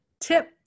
Tip